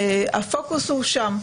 הפוקוס הוא שם,